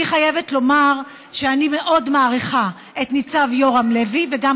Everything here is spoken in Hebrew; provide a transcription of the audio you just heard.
אני חייבת לומר שאני מאוד מעריכה את ניצב יורם הלוי וגם,